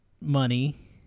money